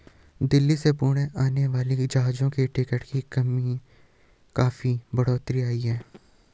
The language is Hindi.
दिल्ली से पुणे आने वाली जहाजों की टिकट की कीमत में काफी बढ़ोतरी आई है